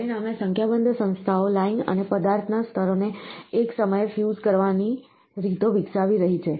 પરિણામે સંખ્યાબંધ સંસ્થાઓ લાઇન અને પદાર્થના સ્તરોને એક સમયે ફ્યુઝ કરવાની રીતો વિકસાવી રહી છે